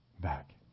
back